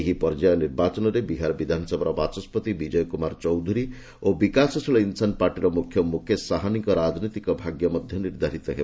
ଏହି ପର୍ଯ୍ୟାୟ ନିର୍ବାଚନରେ ବିହାର ବିଧାନସଭାର ବାଚସ୍କତି ବିଜୟ କୁମାର ଚୌଧୁରୀ ଏବଂ ବିକାଶଶୀଳ ଇନ୍ସାନ୍ ପାର୍ଟିର ମୁଖ୍ୟ ମ୍ରକେଶ ସାହାନୀଙ୍କ ରାଜନୈତିକ ଭାଗ୍ୟ ମଧ୍ୟ ନିର୍ଦ୍ଧାରିତ ହେବ